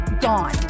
gone